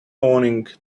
morning